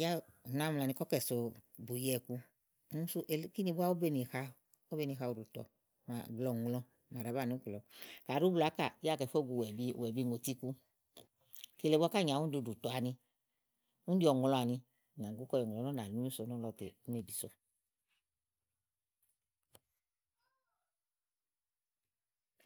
yá ù nàáa mla kɔ̀ kɛ sòo ùwiɛ̀ ku. úni sú elí kíni ówó be nì ha ówó be ni ha ùɖùtɔ̀, blɛ̀ɛ ɔ̀ŋlɔ màa ɖàá banìiówò. kàɖi ùú bluù ákà yá àá kɛ fó gùu ùwàèbi, ùwàèbiŋòtiku. kile búá ká nyòo awu úni ɖi ùɖùtɔ̀ àni, úni ɖi ɔ̀ŋlɔ áni ànà gú kɔ yɔ̀ŋlɔ lɔ ú nà nyù so nɔ̀lɔ tè ú nàá bisòo